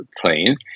plane